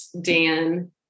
Dan